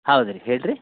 ಹೌದು ರೀ ಹೇಳಿರಿ